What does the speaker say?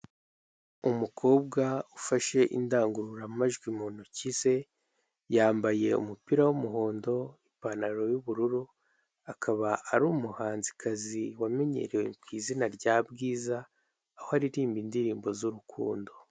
Umukobwa ufashe indangururamajwi mu ntoki ze, yambaye umupira w'umuhondo, ipantaro y'ubururu, akaba ari umuhanzikazi wamenyerewe ku izina rya Bwiza, aho aririmba indirimbo z'urukundo.